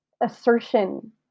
assertion